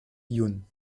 jun